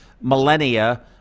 millennia